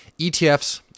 ETFs